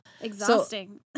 exhausting